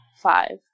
Five